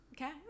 Okay